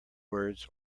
words